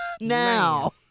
now